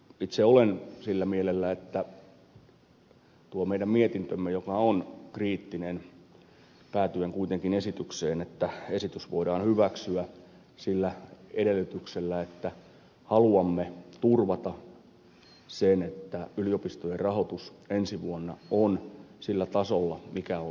itse olen sillä mielellä että tuo meidän mietintömme joka on kriittinen päätyy kuitenkin siihen että esitys voidaan hyväksyä sillä edellytyksellä että haluamme turvata sen että yliopistojen rahoitus ensi vuonna on sillä tasolla mikä on luvattu